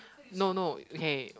no no okay